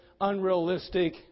unrealistic